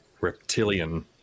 reptilian